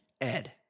Ed